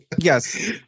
yes